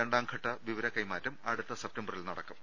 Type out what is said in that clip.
രണ്ടാംഘട്ട വിവര കൈമാറ്റം അടുത്ത സപ്തംബറിൽ നടക്കും